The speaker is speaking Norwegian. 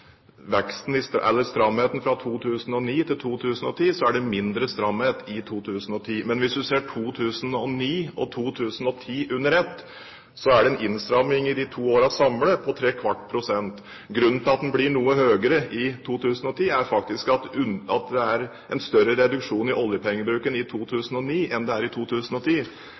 ser 2009 og 2010 under ett, er det i de to årene samlet en innstramming på ¾ pst. Grunnen til at den blir noe høyere i 2010, er at det var en større reduksjon i oljepengebruken i 2009 enn i 2010. Men de to årene samlet viser at budsjettet er strammere enn det en tidligere hadde lagt til grunn. Jeg ble utfordret i